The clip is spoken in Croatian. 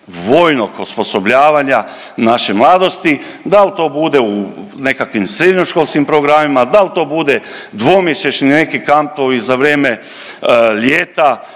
vojnog osposobljavanja naše mladosti, da li to bude u nekakvim srednjoškolskim programima, da l' to bude dvomjesečni neki kampovi za vrijeme ljeta,